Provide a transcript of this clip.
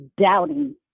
doubting